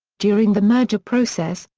during the merger process,